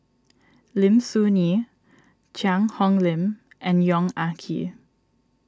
Lim Soo Ngee Cheang Hong Lim and Yong Ah Kee